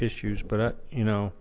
issues but i you know